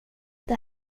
det